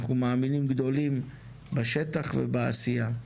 אנחנו מאמינים גדולים בשטח ובעשייה.